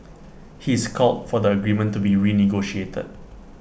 he is called for the agreement to be renegotiated